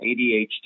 ADHD